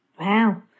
Wow